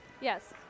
Yes